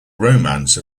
romance